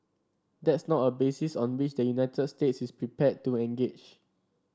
that's not a basis on which the United States is prepared to engage